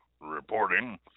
reporting